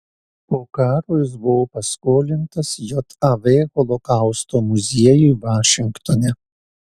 po karo jis buvo paskolintas jav holokausto muziejui vašingtone